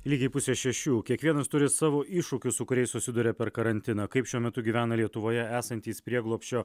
lygiai pusę šešių kiekvienas turi savo iššūkių su kuriais susiduria per karantiną kaip šiuo metu gyvena lietuvoje esantys prieglobsčio